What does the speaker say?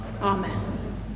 Amen